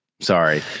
Sorry